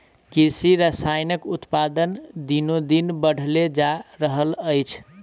कृषि रसायनक उत्पादन दिनोदिन बढ़ले जा रहल अछि